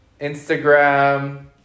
Instagram